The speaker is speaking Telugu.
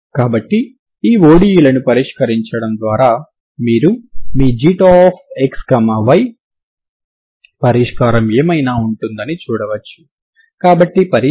కాబట్టి u1 మరియు u2 లు తరంగ సమీకరణాన్ని సంతృప్తిపరచడాన్ని మీరు చూడవచ్చు సరేనా